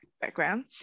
background